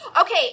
Okay